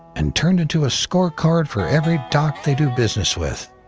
and turned into a scorecard for every dock they do business with.